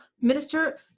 Minister